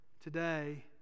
today